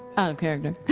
out of character.